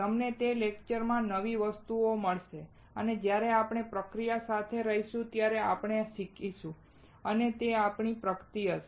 તમને તે લેક્ચર માં નવી વસ્તુઓ મળશે અને જ્યારે આપણેઆ પ્રક્રિયામાં સાથે રહીશું ત્યારે આપણે શીખીશું અને તે આપણી પ્રગતિ હશે